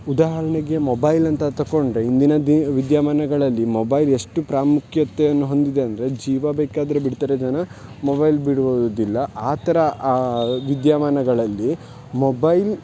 ಉದಾಹರಣೆಗೆ ಮೊಬೈಲ್ ಅಂತ ತಕೊಂಡರೆ ಇಂದಿನ ದಿ ವಿದ್ಯಮಾನಗಳಲ್ಲಿ ಮೊಬೈಲ್ ಎಷ್ಟು ಪ್ರಾಮುಖ್ಯತೆಯನ್ನು ಹೊಂದಿದೆ ಅಂದರೆ ಜೀವ ಬೇಕಾದರೂ ಬಿಡ್ತಾರೆ ಜನ ಮೊಬೈಲ್ ಬಿಡುವುದಿಲ್ಲ ಆ ಥರ ಆ ವಿದ್ಯಮಾನಗಳಲ್ಲಿ ಮೊಬೈಲ್